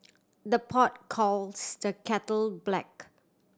the pot calls the kettle black